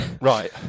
Right